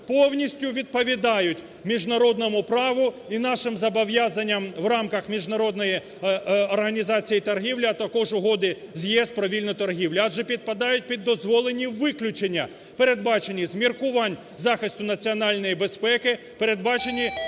повністю відповідають міжнародному праву і нашим зобов'язанням в рамках Міжнародної організації торгівлі, а також Угоди з ЄС про вільну торгівлю, адже підпадає під дозволені виключення, передбачені з міркувань захисту національної безпеки, передбачені